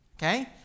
Okay